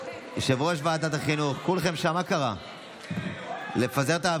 יושב-ראש ועדת החינוך, כולכם שם, מה קרה?